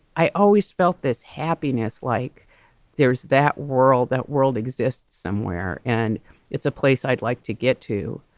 i always felt this happiness like there's that world. that world exists somewhere. and it's a place i'd like to get to.